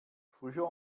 früher